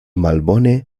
malbone